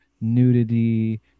nudity